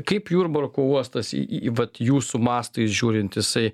kaip jurbarko uostas į į vat jūsų mastais žiūrint jisai